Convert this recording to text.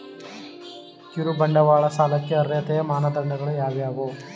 ಕಿರುಬಂಡವಾಳ ಸಾಲಕ್ಕೆ ಅರ್ಹತೆಯ ಮಾನದಂಡಗಳು ಯಾವುವು?